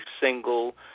single